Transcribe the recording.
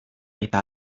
eta